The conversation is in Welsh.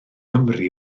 nghymru